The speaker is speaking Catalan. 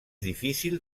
difícil